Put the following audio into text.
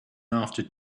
after